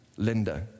Linda